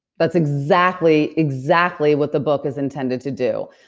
that's exactly exactly what the book is intended to do.